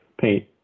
paint